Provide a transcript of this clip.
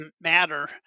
matter